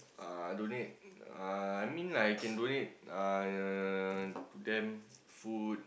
uh donate uh I mean like I can donate uh to them food